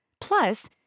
Plus